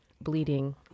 bleeding